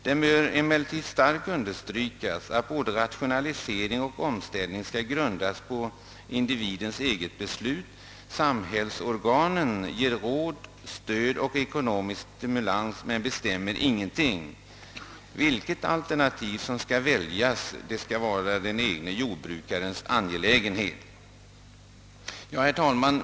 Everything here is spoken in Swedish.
Det bör emellertid starkt un derstrykas att valet mellan rationalisering och omställning skall grundas på individens eget beslut. Samhällsorganen ger råd, stöd och ekonomisk stimulans men bestämmer ingenting. Vilket alternativ som väljs skall ——— vara en jordbrukarens egen angelägenhet. Herr talman!